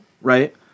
right